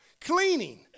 Cleaning